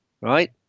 right